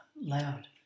loud